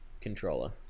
controller